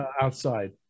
outside